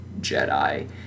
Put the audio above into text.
Jedi